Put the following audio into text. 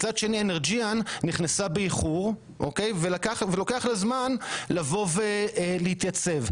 מצד שני Energean נכנסה באיחור ולוקח לה זמן לבוא ולהתייצב.